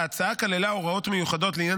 ההצעה כללה הוראות מיוחדות לעניין